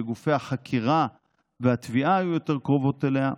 שגופי החקירה והתביעה היו יותר קרובים אליה.